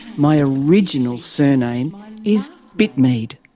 my original surname is bitmead.